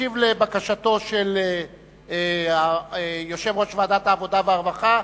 ישיב לבקשתו של יושב-ראש ועדת העבודה והרווחה,